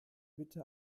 bitte